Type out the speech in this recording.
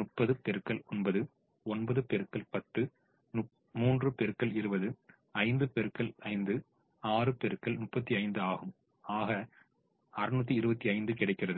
30 x 8 9 x 10 3 x 20 5 x 5 6 x 35 ஆகும் ஆக 625 கிடைக்கிறது